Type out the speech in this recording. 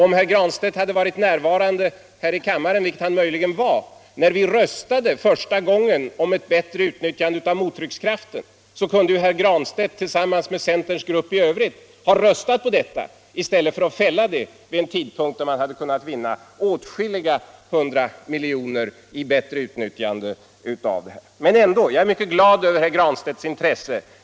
Om herr Granstedt hade varit närvarande i kammaren — vilket han möjligen var — när vi första gången röstade om ett bättre utnyttjande av mottryckskraften, kunde herr Granstedt tillsammans med centerns grupp i övrigt ha röstat på detta i stället för att fälla förslaget vid en tidpunkt då man kunnat vinna åtskilliga hundra miljoner i ett bättre utnyttjande av elkraft. Men jag är ändå mycket glad över herr Granstedts intresse.